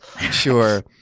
Sure